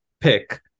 pick